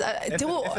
אז תראו,